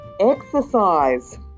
Exercise